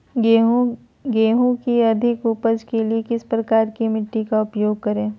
गेंहू की अधिक उपज के लिए किस प्रकार की मिट्टी का उपयोग करे?